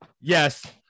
yes